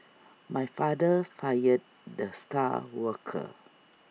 my father fired the star worker